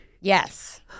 yes